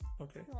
okay